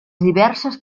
diverses